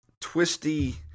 twisty